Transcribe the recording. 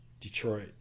Detroit